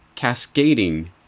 cascading